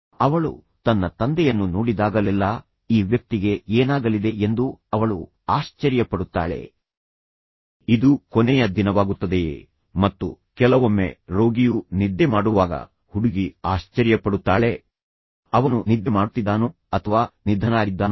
ಅವಳು ತನ್ನ ತಂದೆಯನ್ನು ನೋಡಿದಾಗಲೆಲ್ಲಾ ಈ ವ್ಯಕ್ತಿಗೆ ಏನಾಗಲಿದೆ ಎಂದು ಅವಳು ಆಶ್ಚರ್ಯ ಪಡುತ್ತಾಳೆ ಇದು ಕೊನೆಯ ದಿನವಾಗುತ್ತದೆಯೇ ಮತ್ತು ಕೆಲವೊಮ್ಮೆ ರೋಗಿಯು ನಿದ್ದೆ ಮಾಡುವಾಗ ಹುಡುಗಿ ಆಶ್ಚರ್ಯ ಪಡುತ್ತಾಳೆ ಅವನು ನಿದ್ದೆ ಮಾಡುತ್ತಿದ್ದಾನೋ ಅಥವಾ ನಿಧನರಾಗಿದ್ದಾನೋ